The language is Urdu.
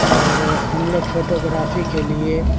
اور ہم لوگ فوٹوگرافی کے لیے